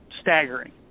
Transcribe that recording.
staggering